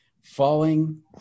falling